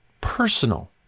personal